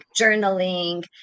journaling